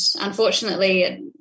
unfortunately